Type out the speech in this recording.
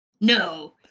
No